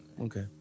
Okay